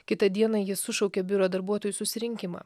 kitą dieną ji sušaukė biuro darbuotojų susirinkimą